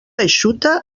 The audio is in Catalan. eixuta